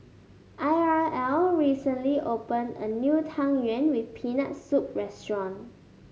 Irl recently opened a new Tang Yuen with Peanut Soup restaurant